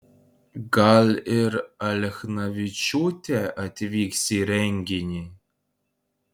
gal ir alechnavičiūtė atvyks į renginį